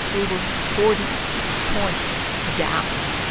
we were forty points down.